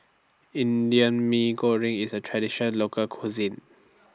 Indian Mee Goreng IS A Traditional Local Cuisine